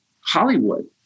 Hollywood